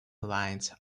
lines